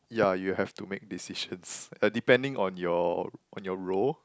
yeah you have to make decisions depending on your on your role